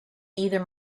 either